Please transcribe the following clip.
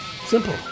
Simple